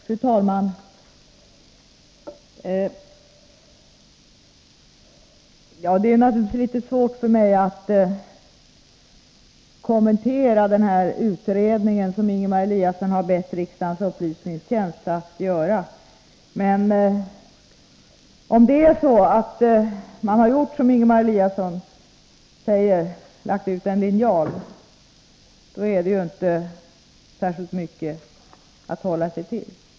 Fru talman! Det är naturligtvis litet svårt för mig att kommentera den utredning som Ingemar Eliasson har bett riksdagens upplysningstjänst att göra, men om det är så att man — som Ingemar Eliasson säger — har lagt ut en linjal, är det ju inte särskilt mycket att hålla sig till.